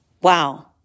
Wow